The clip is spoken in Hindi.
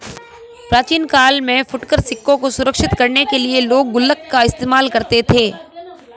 प्राचीन काल में फुटकर सिक्कों को सुरक्षित करने के लिए लोग गुल्लक का इस्तेमाल करते थे